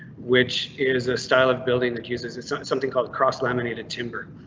which is a style of building that uses and so something called cross laminated timber.